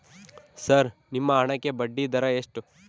Sir ನಿಮ್ಮ ಹಣಕ್ಕೆ ಬಡ್ಡಿದರ ಎಷ್ಟು?